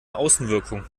außenwirkung